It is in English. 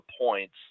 points